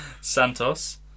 Santos